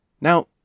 Now